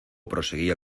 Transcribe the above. proseguía